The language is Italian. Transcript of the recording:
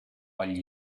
agli